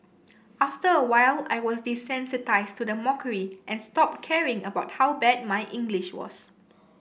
after a while I was desensitised to the mockery and stopped caring about how bad my English was